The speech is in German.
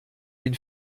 den